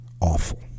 awful